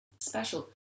special